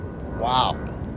Wow